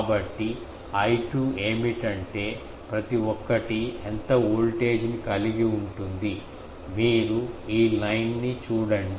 కాబట్టి I2 ఏమిటంటే ప్రతి ఒక్కటీ ఎంత వోల్టేజ్ ని కలిగి ఉంటుంది మీరు ఈ లైన్ ని చూడండి